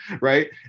right